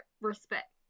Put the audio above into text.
respect